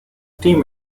team